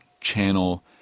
channel